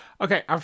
Okay